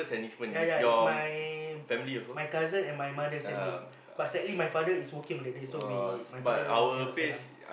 ya ya is my my cousin and my mother send me but sadly my father is working on that day so we my father cannot send us